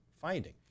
finding